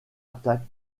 attaque